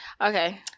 Okay